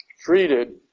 treated